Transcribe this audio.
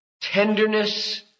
tenderness